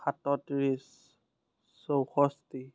সাতত্ৰিছ চৌষষ্ঠি